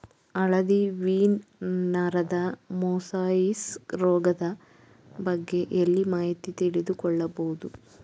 ಹಳದಿ ವೀನ್ ನರದ ಮೊಸಾಯಿಸ್ ರೋಗದ ಬಗ್ಗೆ ಎಲ್ಲಿ ಮಾಹಿತಿ ತಿಳಿದು ಕೊಳ್ಳಬಹುದು?